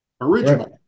original